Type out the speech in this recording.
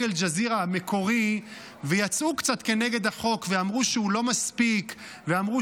אל-ג'זירה המקורי ויצאו קצת נגד החוק ואמרו שהוא לא מספיק ואמרו